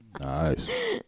Nice